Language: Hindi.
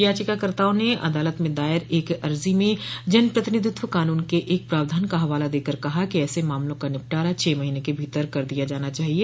याचिकाकर्ताओं ने अदालत में दायर एक अर्जी में जन प्रतिनिधित्व कानून के एक प्रावधान का हवाला देकर कहा है कि ऐसे मामलों का निपटारा छह महीने के भीतर कर दिया जाना चाहिए